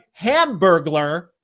Hamburglar